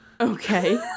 Okay